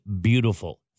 beautiful